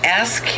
ask